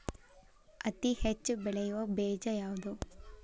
ಹತ್ತಿ ಹೆಚ್ಚ ಬೆಳೆಯುವ ಬೇಜ ಯಾವುದು?